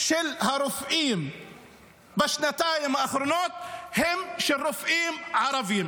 של הרופאים בשנתיים האחרונות הם של רופאים ערבים.